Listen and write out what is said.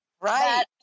Right